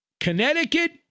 Connecticut